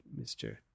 Mr